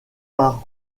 par